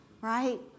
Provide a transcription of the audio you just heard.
right